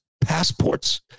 passports